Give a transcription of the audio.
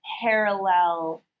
parallel